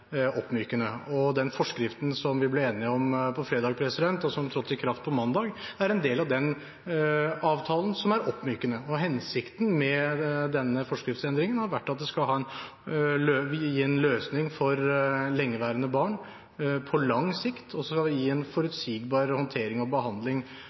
oppmykende. Den forskriften vi ble enige om på fredag, og som trådte i kraft på mandag, er en del av den avtalen som er oppmykende. Hensikten med denne forskriftsendringen har vært at det skal gi en løsning for lengeværende barn på lang sikt, og så skal det gi en